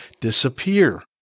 disappear